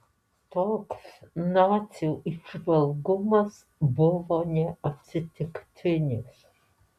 toks nacių įžvalgumas buvo neatsitiktinis